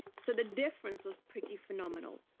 so the difference was pretty phenomenal.